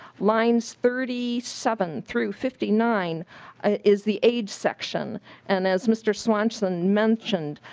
line thirty seven through fifty nine is the age section and as mr. swanson mentioned